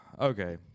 Okay